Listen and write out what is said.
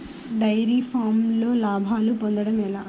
Dairy ఫామ్లో లాభాలు పొందడం ఎలా?